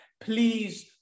please